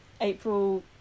April